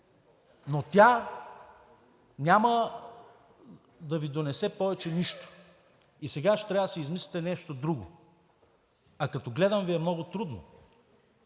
но тя няма да Ви донесе повече нищо. Сега ще трябва да си измислите нещо друго, а като гледам, Ви е много трудно,